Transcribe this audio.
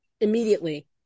immediately